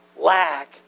Lack